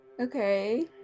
Okay